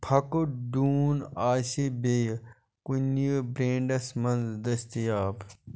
پھۄکہٕ ڈوٗنۍ آسہِ بیٚیہِ کُنہِ بریٚنٛڈس مَنٛز دٔستِیاب